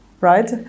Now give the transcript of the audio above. right